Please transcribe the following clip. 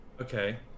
Okay